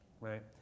Right